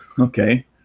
Okay